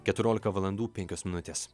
keturiolika valandų penkios minutės